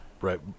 right